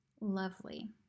Lovely